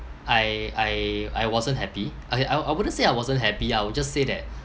I I I wasn't happy I I I wouldn't say I wasn't happy I will just say that